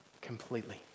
completely